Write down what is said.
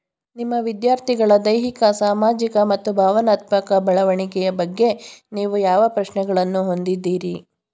ನಿಮ್ಮ ವಿದ್ಯಾರ್ಥಿಗಳ ದೈಹಿಕ ಸಾಮಾಜಿಕ ಮತ್ತು ಭಾವನಾತ್ಮಕ ಬೆಳವಣಿಗೆಯ ಬಗ್ಗೆ ನೀವು ಯಾವ ಪ್ರಶ್ನೆಗಳನ್ನು ಹೊಂದಿದ್ದೀರಿ?